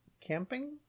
camping